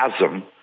chasm